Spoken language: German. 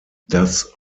das